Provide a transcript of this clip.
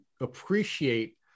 appreciate